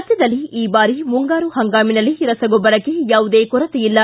ರಾಜ್ಯದಲ್ಲಿ ಈ ಬಾರಿ ಮುಂಗಾರು ಹಂಗಾಮಿನಲ್ಲಿ ರಸಗೊಬ್ಬರಕ್ಕೆ ಯಾವುದೇ ಕೊರತೆ ಇಲ್ಲ